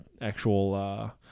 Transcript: actual